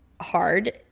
Hard